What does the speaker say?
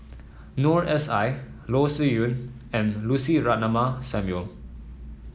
Noor S I Loh Sin Yun and Lucy Ratnammah Samuel